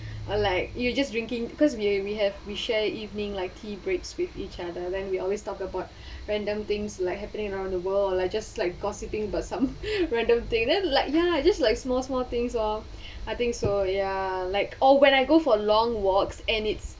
or like you just drinking cause we we have we share evening like tea breaks with each other then we always talk about random things like happening around the world or like just like gossiping about some random thing then like ya just like small small things lor I think so ya like oh when I go for a long walks and it's